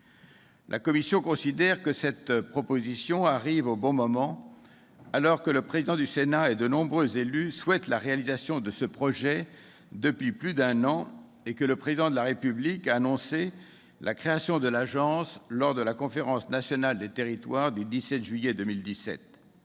La commission considère que cette proposition arrive au bon moment, alors que le Président du Sénat et de nombreux élus souhaitent la réalisation de ce projet depuis plus d'un an et que le Président de la République a annoncé la création d'une telle agence lors de la réunion de la Conférence nationale des territoires du 17 juillet 2017.